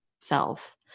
self